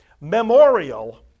Memorial